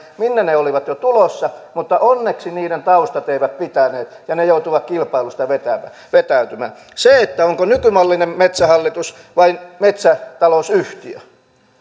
minne ne olivat jo tulossa mutta onneksi niiden taustat eivät pitäneet ja ne joutuivat kilpailusta vetäytymään se onko nykymallinen metsähallitus vai metsätalousyhtiö